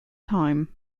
time